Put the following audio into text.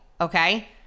okay